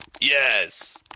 Yes